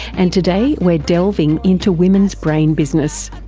and today we're delving into women's brain business.